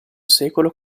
secolo